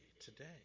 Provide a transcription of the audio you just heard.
today